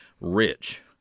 rich